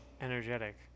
energetic